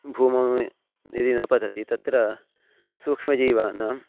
भूमौ यदि न पतति तत्र सूक्ष्मजीवानाम्